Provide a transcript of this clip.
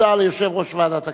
הודעה ליושב-ראש ועדת הכנסת.